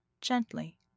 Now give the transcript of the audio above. gently